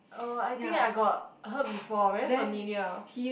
oh I think I got heard before very familiar